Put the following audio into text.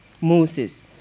Moses